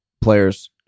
players